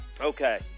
Okay